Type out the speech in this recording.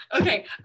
Okay